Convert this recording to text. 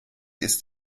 ist